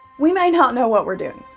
we may not know what we're doing.